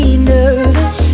nervous